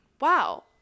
wow